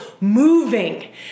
moving